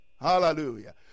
Hallelujah